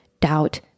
doubt